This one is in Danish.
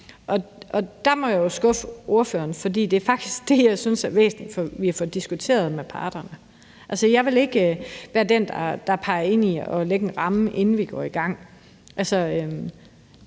og der må jeg jo skuffe ordføreren, fordi det faktisk er det, jeg synes er væsentligt vi får diskuteret med parterne. Jeg vil ikke være den, der peger ind i at lægge en ramme, inden vi går i gang. Jeg